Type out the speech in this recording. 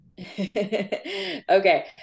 Okay